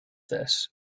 this